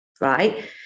right